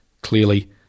clearly